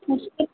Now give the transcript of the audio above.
उस पर